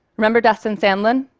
remember destin sandlin?